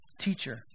Teacher